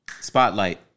Spotlight